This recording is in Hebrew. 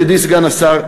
ידידי סגן השר,